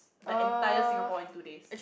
the entire Singapore in two days